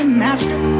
master